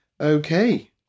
Okay